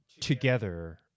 together